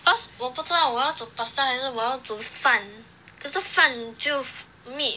cause 我不知道我要煮 pasta 还是我要煮饭可是饭就 meat